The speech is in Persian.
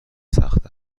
سخت